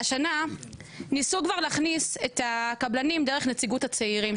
השנה ניסו להכניס את הקבלנים דרך נציגות הצעירים,